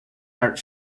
art